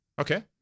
Okay